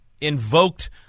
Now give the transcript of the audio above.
invoked